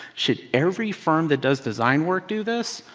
should every firm that does design work do this?